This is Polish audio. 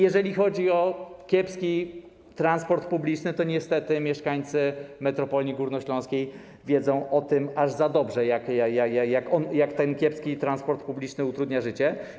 Jeżeli chodzi o kiepski transport publiczny, to niestety mieszkańcy metropolii górnośląskiej wiedzą o tym aż za dobrze, jak ten kiepski transport publiczny utrudnia życie.